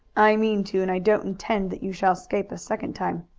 i mean to, and i don't intend that you shall escape a second time.